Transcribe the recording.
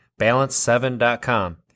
balance7.com